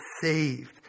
saved